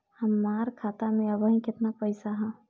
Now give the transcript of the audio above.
हमार खाता मे अबही केतना पैसा ह?